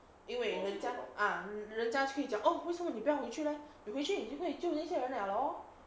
因为人家 ah 人家去讲 oh 为什么你不要回去 leh 回去你可以救那些人了咯